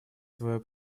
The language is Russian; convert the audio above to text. свое